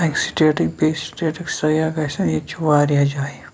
اَکہِ سٹیٹٕکۍ بیٚیہِ سٹیٹٕکۍ سیاح گژھن ییٚتہِ چھِ واریاہ جایہِ